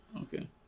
Okay